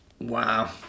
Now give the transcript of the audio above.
Wow